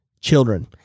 children